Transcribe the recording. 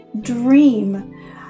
dream